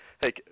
Hey